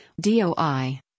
DOI